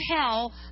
hell